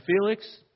Felix